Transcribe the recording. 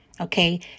Okay